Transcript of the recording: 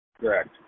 Correct